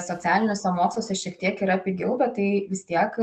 socialiniuose moksluose šiek tiek yra pigiau bet tai vis tiek